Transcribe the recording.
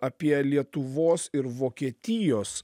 apie lietuvos ir vokietijos